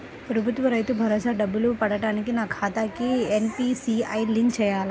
ప్రభుత్వ రైతు భరోసా డబ్బులు పడటానికి నా ఖాతాకి ఎన్.పీ.సి.ఐ లింక్ చేయాలా?